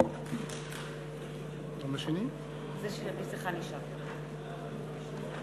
(חותם על ההצהרה)